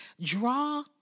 draw